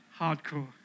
Hardcore